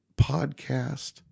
podcast